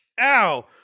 ow